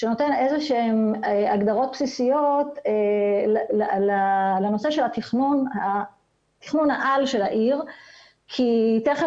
שנותן איזה שהן הגדרות בסיסיות לנושא של תכנון העל של העיר ותכף